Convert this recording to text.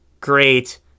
great